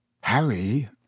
Harry